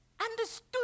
understood